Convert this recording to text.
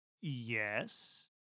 Yes